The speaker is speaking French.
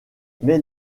mais